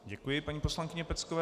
Děkuji paní poslankyni Peckové.